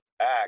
act